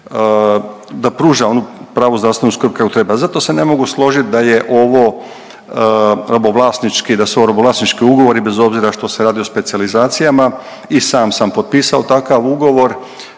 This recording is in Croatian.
da pruža onu pravu zdravstvenu skrb koju treba. Zato se ne mogu složit da je ovo robovlasnički, da su ovo robovlasnički ugovori bez obzira što se radi o specijalizacijama i sam sam potpisao takav ugovor